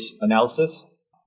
analysis